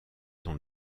dans